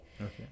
okay